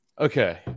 Okay